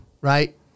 Right